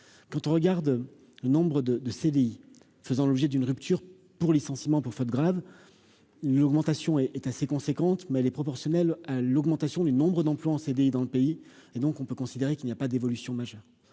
quand on regarde le nombre de de CDI, faisant l'objet d'une rupture pour licenciement pour faute grave, une augmentation est est assez conséquente, mais elle est proportionnelle à l'augmentation du nombre d'emplois en CDI dans le pays et donc on peut considérer qu'il n'y a pas d'évolution majeure